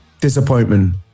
disappointment